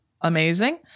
amazing